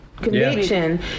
conviction